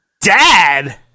Dad